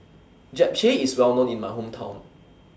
Japchae IS Well known in My Hometown